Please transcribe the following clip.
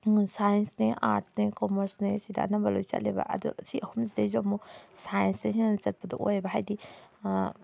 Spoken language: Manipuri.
ꯁꯥꯏꯟꯁꯅꯦ ꯑꯥꯔꯠꯅꯦ ꯀꯣꯃꯔꯁꯅꯦ ꯁꯤꯗ ꯑꯅꯝꯕ ꯂꯣꯏ ꯆꯠꯂꯦꯕ ꯑꯗꯨ ꯁꯤ ꯑꯍꯨꯝꯁꯤꯗꯩꯁꯨ ꯑꯃꯨꯛ ꯁꯥꯏꯟꯁꯇꯅ ꯍꯦꯟꯅ ꯆꯠꯄꯗꯣ ꯑꯣꯏꯌꯦꯕ ꯍꯥꯏꯗꯤ